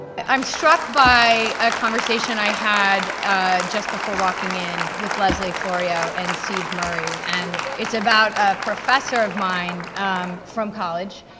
i'm struck by a conversation i had just before walking in, with leslie florio and steve murray, and it's about a professor of mine from college,